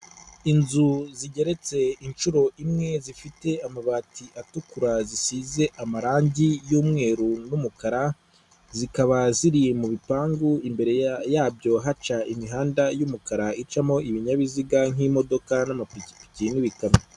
Inzu zigeretse inshuro imwe, zifite amabati atukura zisize amarangi y'umweru n'umukara, zikaba ziri mu bipangu, imbere yabyo haca imihanda y'umukara icamo ibinyabiziga nk'imodoka n'amapikipiki n'ibikamyo.